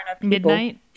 midnight